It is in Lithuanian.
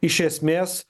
iš esmės